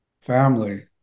family